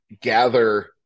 gather